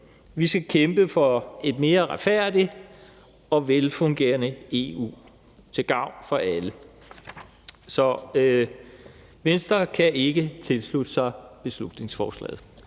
Vi skal kæmpe for et mere retfærdigt og velfungerende EU til gavn for alle. Så Venstre kan ikke tilslutte sig beslutningsforslaget.